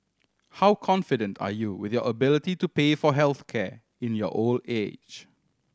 how confident are you with your ability to pay for health care in your old age